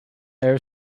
air